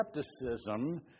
skepticism